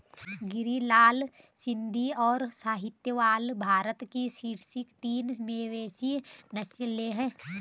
गिर, लाल सिंधी, और साहीवाल भारत की शीर्ष तीन मवेशी नस्लें हैं